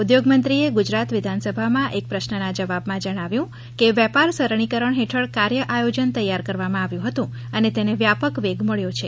ઉદ્યોગમંત્રીએ ગુજરાત વિધાનસભામાં એક પ્રશ્નના જવાબમાં જણાવ્યું કે વેપાર સરળીકરણ હેઠળ કાર્ય આયોજન તૈયાર કરવામાં આવ્યું હતું અને તેને વ્યાપક વેગ મળ્યો છે